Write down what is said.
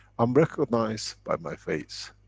i'm recognized by my face.